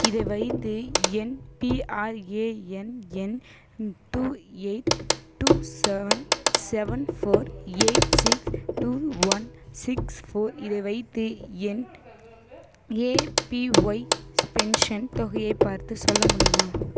இதை வைத்து என் பிஆர்ஏஎன் எண் two eight two seven seven four eight six two one six four இதை வைத்து என் ஏபிஒய் பென்ஷன் தொகையை பார்த்து சொல்ல முடியுமா